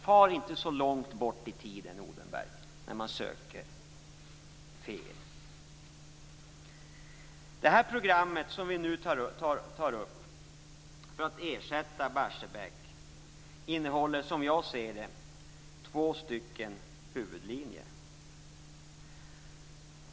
Far inte så långt bort i tiden för att söka fel, Odenberg. Det program som vi nu tar upp för att ersätta Barsebäck innehåller som jag ser det två huvudlinjer.